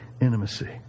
intimacy